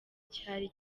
cyari